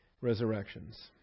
resurrections